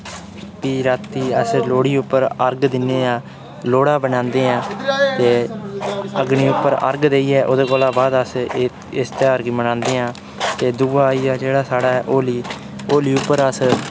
फ्ही रातीं अस लोह्ड़ी उप्पर अर्ग दिन्ने आं लोह्ड़ा बनांदे आं ते अग्नि उप्पर अर्ग देइयै ओह्दे कोला बाद अस इस त्योहार गी मनांदे आं ते दूआ आई गेआ जेह्ड़ा साढ़ै होली होली उप्पर अस